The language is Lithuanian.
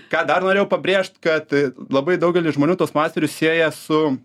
ką dar norėjau pabrėžt kad labai daugelis žmonių tuos masterius sieja su